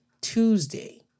Tuesday